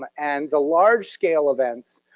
um and the large-scale events,